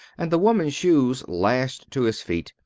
and the woman's shoes lashed to his feet,